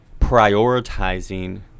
prioritizing